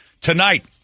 tonight